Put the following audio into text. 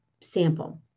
sample